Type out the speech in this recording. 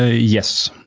ah yes.